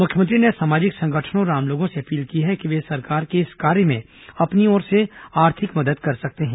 मुख्यमंत्री ने सामाजिक संगठनों और आम लोगों से अपील की है कि वे सरकार के इस कार्य में अपनी ओर से आर्थिक मदद कर सकते हैं